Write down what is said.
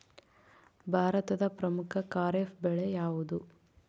ಭಾರತದ ಪ್ರಮುಖ ಖಾರೇಫ್ ಬೆಳೆ ಯಾವುದು?